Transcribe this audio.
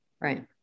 Right